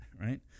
right